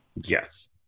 Yes